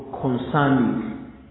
concerning